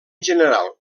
general